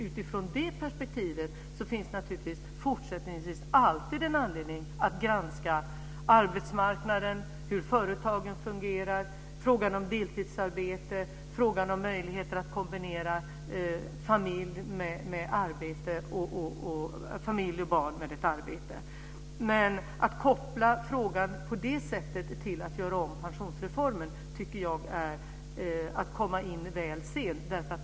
Utifrån det perspektivet finns det, naturligtvis, fortsättningsvis alltid en anledning att granska arbetsmarknaden, hur företagen fungerar, frågan om deltidsarbete, frågan om möjligheter att kombinera familj och barn med ett arbete. Det är väl sent att koppla frågan till att göra om pensionsreformen.